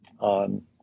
on